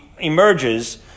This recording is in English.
Emerges